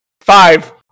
five